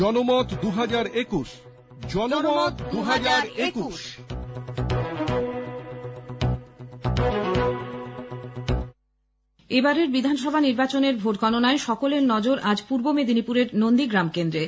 জনমত এবারের বিধানসভা নির্বানের ভোটগণনায় সকলের নজর আজ পূর্ব মেদিনীপুরের নন্দীগ্রাম কেন্দ্রে